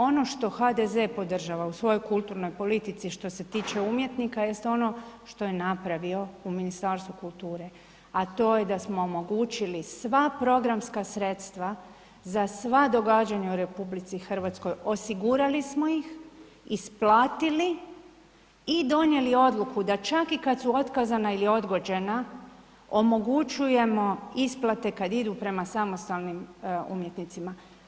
Ono što HDZ podržava u svojoj kulturnoj politici što se tiče umjetnika jest ono što je napravio u Ministarstvu kulture a to je da smo omogućili sva programska sredstva za sva događanja u RH, osigurali smo ih, isplatili i donijeli odluku da čak i kad su otkazana ili odgođena omogućujemo isplate kada idu prema samostalnim umjetnicima.